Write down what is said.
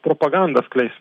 propagandą skleis